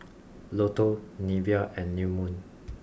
Lotto Nivea and New Moon